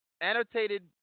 annotated